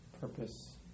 purpose